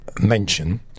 mention